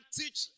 teach